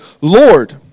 Lord